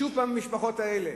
שוב, המשפחות האלה,